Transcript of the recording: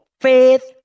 faith